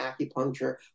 acupuncture